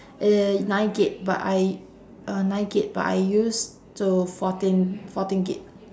uh nine gig but I uh nine gig but I use to fourteen fourteen gig